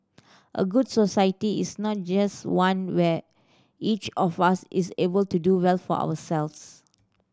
a good society is not just one where each of us is able to do well for ourselves